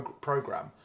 program